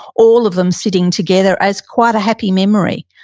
all of them sitting together as quite a happy memory.